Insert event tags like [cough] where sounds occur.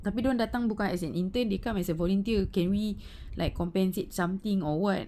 tapi dia orang datang bukan as an intern they come as a volunteer can we [breath] like compensate something or what